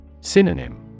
Synonym